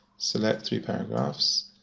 select three paragraphs.